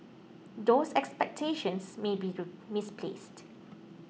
those expectations may be misplaced